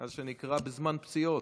מה שנקרא בזמן פציעות.